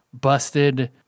busted